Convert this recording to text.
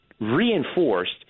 reinforced